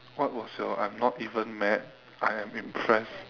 what was your I'm not even mad I am impressed